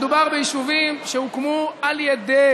מדובר ביישובים שהוקמו על ידי,